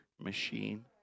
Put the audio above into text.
machine